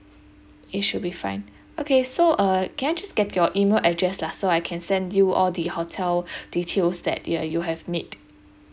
it should be fine okay so uh can I just get your email address lah so I can send you all the hotel details that ya you have made